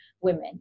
women